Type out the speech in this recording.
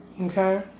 Okay